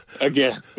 again